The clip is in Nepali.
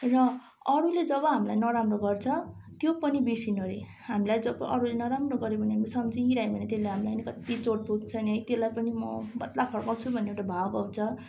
र अरूले जब हामीलाई नराम्रो गर्छ त्यो पनि बिर्सिनु अरे हामीलाई जब अरूले नराम्रो गर्यो भने अब सम्झिरह्यो भने त्यसले हामीलाई नै कत्ति चोट पुग्छ नि है त्यसलाई पनि म बद्ला फर्काउँछु भन्ने एउटा भाव आउँछ